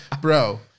bro